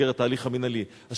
במסגרת ההליך המינהלי אני יודע.